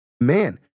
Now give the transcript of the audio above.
man